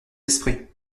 esprits